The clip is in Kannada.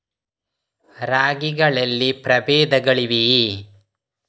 ರಾಗಿಗಳಲ್ಲಿ ಪ್ರಬೇಧಗಳಿವೆಯೇ?